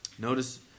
Notice